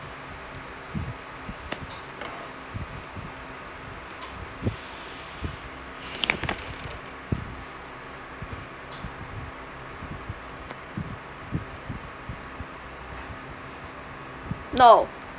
no